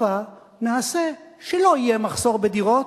הבה נעשה שלא יהיה מחסור בדירות.